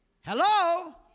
Hello